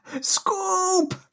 scoop